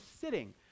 sitting